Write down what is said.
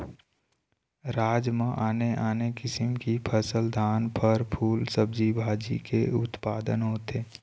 राज म आने आने किसम की फसल, धान, फर, फूल, सब्जी भाजी के उत्पादन होथे